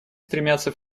стремятся